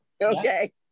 Okay